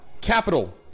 capital